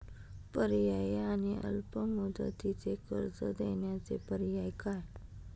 पर्यायी आणि अल्प मुदतीचे कर्ज देण्याचे पर्याय काय?